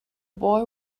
boy